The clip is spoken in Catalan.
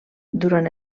durant